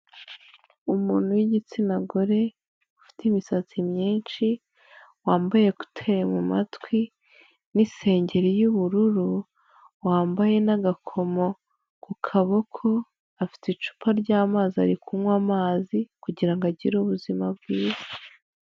Umuntu w'igitsina gore ufite imisatsi myinshi, wambaye ekuteri mu matwi n'isengeri y'ubururu ,wambaye n'agakomo ku kaboko, afite icupa ry'amazi, ari kunywa amazi kugira ngo agire ubuzima bwiza.